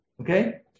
Okay